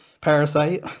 Parasite